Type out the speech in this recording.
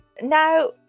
Now